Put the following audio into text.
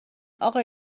آقا